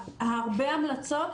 הרבה המלצות,